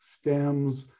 stems